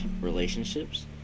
relationships